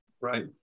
Right